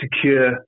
secure